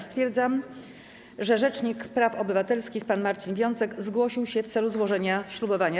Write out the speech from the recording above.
Stwierdzam, że rzecznik praw obywatelskich pan Marcin Wiącek zgłosił się w celu złożenia ślubowania.